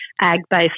ag-based